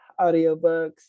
audiobooks